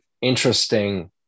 interesting